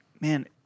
man